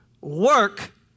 work